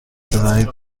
بزنید